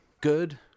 good